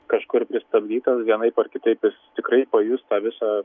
kažkur pristabdytas vienaip ar kitaip jis tikrai pajus tą visą